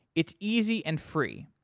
it's easy and free.